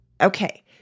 Okay